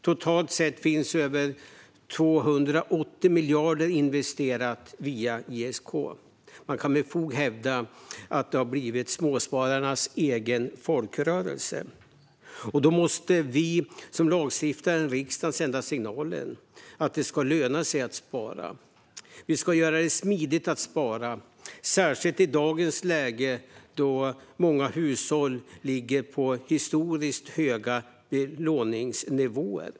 Totalt har över 280 miljarder investerats via ISK. Man kan med fog hävda att det har blivit småspararnas egen folkrörelse. Då måste vi som lagstiftare i riksdagen sända signalen att det ska löna sig att spara. Vi ska göra det smidigt att spara, särskilt i dagens läge då många hushåll ligger på historiskt höga belåningsnivåer.